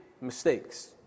mistakes